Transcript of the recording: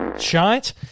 Shite